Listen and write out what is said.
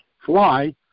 fly